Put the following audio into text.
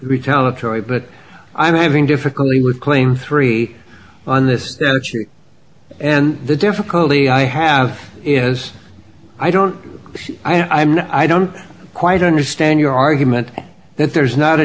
retaliatory but i'm having difficulty with claim three on this and the difficulty i have is i don't i'm not i don't quite understand your argument that there's not a